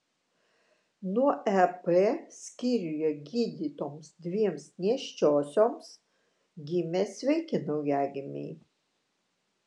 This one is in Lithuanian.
nuo ep skyriuje gydytoms dviem nėščiosioms gimė sveiki naujagimiai